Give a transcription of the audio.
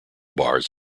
bars